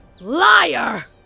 liar